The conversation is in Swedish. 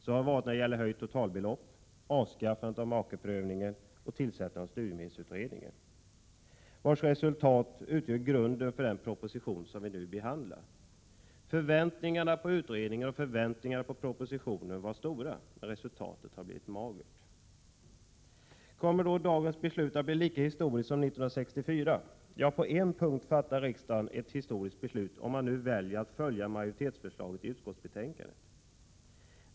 Så har det varit när det gäller höjt totalbelopp, avskaffande av makeprövningen och tillsättandet av studiemedelsutredningen, vars resultat utgör grunden för den proposition som vi nu behandlar. Förväntningarna på utredningen och på propositionen var stora, men resultatet har blivit magert. 13 Kommer då dagens beslut att bli lika historiskt som det 1964? Ja, på en punkt fattar riksdagen ett historiskt beslut — om man nu väljer att följa majoritetsförslaget i utskottsbetänkandet.